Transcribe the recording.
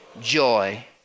Joy